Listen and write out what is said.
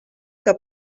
que